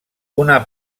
una